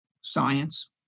science